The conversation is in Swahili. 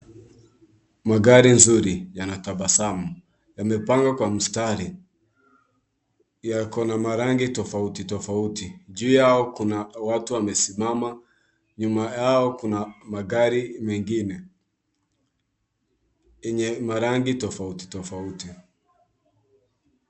Magari nzuri, yanatabasamu. Yamepangwa kwa mstari. Yako na marangi tofauti tofauti, juu yao kuna watu wamesimama, nyuma yao kuna magari mengine, yenye marangi tofauti tofauti.